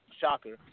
Shocker